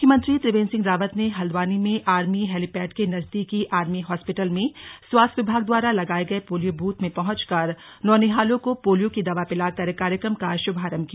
मुख्यमंत्री त्रिवेन्द्र सिंह रावत ने हल्द्वानी में आर्मी हैलीपेड के नजदीक आर्मी हॉस्पिटल में स्वास्थ्य विभाग द्वारा लगाए गये पोलियो बूथ में पहॅचकर नौनिहालों को पोलियो की दवा पिलाकर कार्यक्रम का शुभारभ किया